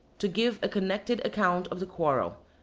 to give a connected account of the quarrel,